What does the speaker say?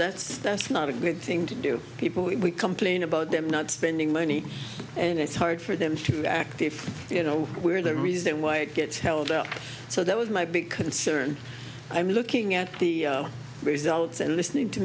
that's that's not a good thing to do people when we complain about them not spending money and it's hard for them to act if you know we're the reason why it gets held up so that was my big concern i'm looking at the results and listening to